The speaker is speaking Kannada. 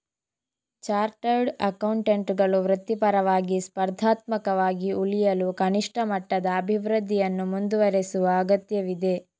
ಚಾರ್ಟರ್ಡ್ ಅಕೌಂಟೆಂಟುಗಳು ವೃತ್ತಿಪರವಾಗಿ, ಸ್ಪರ್ಧಾತ್ಮಕವಾಗಿ ಉಳಿಯಲು ಕನಿಷ್ಠ ಮಟ್ಟದ ಅಭಿವೃದ್ಧಿಯನ್ನು ಮುಂದುವರೆಸುವ ಅಗತ್ಯವಿದೆ